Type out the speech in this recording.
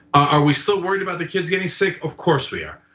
are we still worried about the kids getting sick? of course we are.